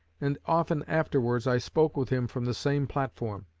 and often afterwards i spoke with him from the same platform.